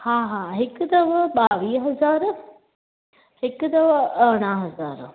हा हा हिकु अथव ॿावीह हज़ार हिकु अथव अरड़हं हज़ार